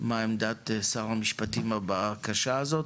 מה עמדת שר המשפטים לבקשה הזאת